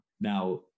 Now